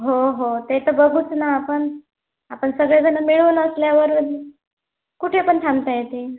हो हो ते तर बघूच ना आपण आपण सगळे जणं मिळून असल्यावर कुठे पण थांबता येते